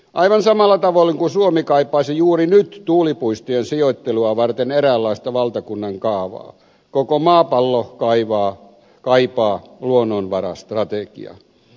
aivan samalla tavoin kuin suomi kaipaisi juuri nyt tuulipuistojen sijoittelua varten eräänlaista valtakunnan kaavaa koko maapallo kaipaa luonnonvarastrategiaa